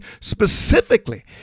specifically